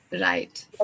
Right